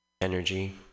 energy